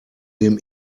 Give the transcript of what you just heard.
dem